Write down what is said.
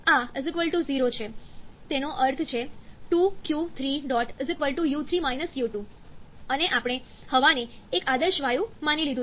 તેનો અર્થ છે ₂q3 u3 u2 અને આપણે હવાને એક આદર્શ વાયુ માની લીધું છે